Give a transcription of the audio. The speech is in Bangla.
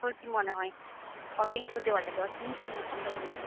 তোর কী মনে হয় কতো ইঞ্চ হতে পারে দশ ইঞ্চি না পনেরো ইঞ্চি